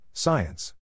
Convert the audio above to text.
Science